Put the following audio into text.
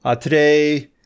Today